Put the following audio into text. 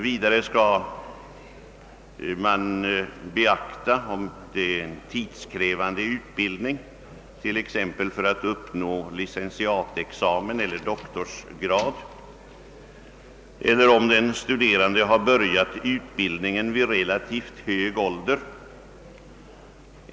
Vidare skall man beakta om det är fråga om en tidskrävande utbildning, t.ex. för att uppnå licentiatexamen eller doktorsgrad, eller om den studerande har börjat utbildningen vid relativt hög ålder.